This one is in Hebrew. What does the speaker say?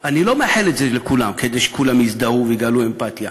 אני לא מאחל את זה לכולם כדי שכולם יזדהו ויגלו אמפתיה,